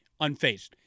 unfazed